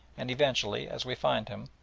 and eventually, as we find him,